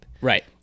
right